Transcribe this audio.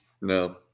No